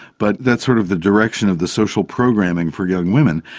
but that's sort of the direction of the social programming for young women.